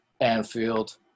Anfield